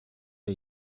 are